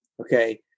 Okay